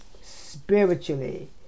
spiritually